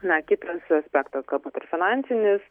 na kitas aspektas galbūt ir finansinis